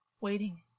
waiting